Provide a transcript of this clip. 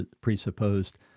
presupposed